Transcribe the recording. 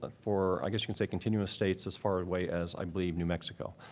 ah for i guess you can say continuous states as far away as, i believe, new mexico.